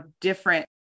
different